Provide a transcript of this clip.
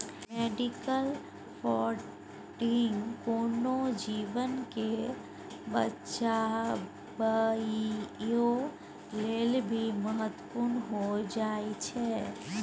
medical funding कोनो जीवन के बचाबइयो लेल भी महत्वपूर्ण हो जाइ छइ